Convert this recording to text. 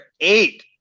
eight